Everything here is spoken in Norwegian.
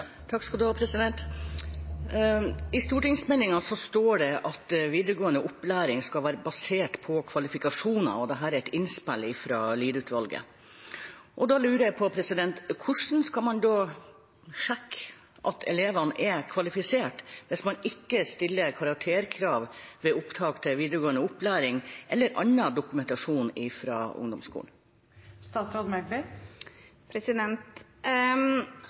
I stortingsmeldingen står det at videregående opplæring skal være basert på kvalifikasjoner, og det er et innspill fra Lied-utvalget. Da lurer jeg på: Hvordan skal man sjekke at elevene er kvalifisert, hvis man ikke har karakterkrav eller har annen dokumentasjon fra ungdomsskolen ved opptak til videregående opplæring?